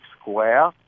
Square